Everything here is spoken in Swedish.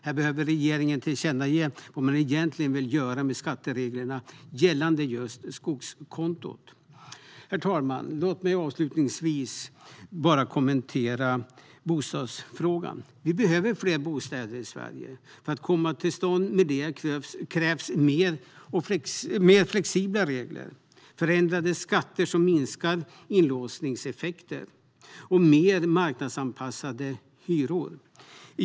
Här behöver regeringen tillkännage vad man egentligen vill göra med skattereglerna gällande just skogskonton. Herr talman! Låt mig avslutningsvis bara kommentera bostadsfrågan. Vi behöver fler bostäder i Sverige. För att få detta till stånd krävs mer flexibla regler, förändrade skatter som minskar inlåsningseffekter och mer marknadsanpassade hyror.